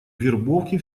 вербовки